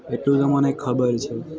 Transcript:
એટલું તો મને ખબર છે